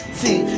see